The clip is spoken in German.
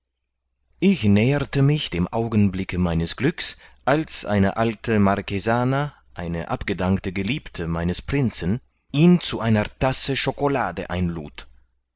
ich näherte mich dem augenblicke meines glücks als eine alte marquesana eine abgedankte geliebte meines prinzen ihn zu einer tasse chocolate einlud